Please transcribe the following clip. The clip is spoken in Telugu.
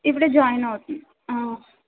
ఇప్పుడే జాయిన్ అవుతుంది